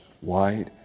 white